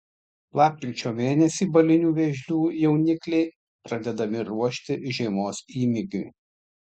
lapkričio mėnesį balinių vėžlių jaunikliai pradedami ruošti žiemos įmygiui